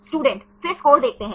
student फिर score देखते हैं